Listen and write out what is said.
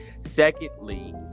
Secondly